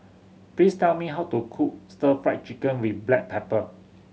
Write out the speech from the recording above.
please tell me how to cook Stir Fry Chicken with black pepper